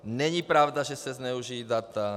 Není pravda, že se zneužijí data.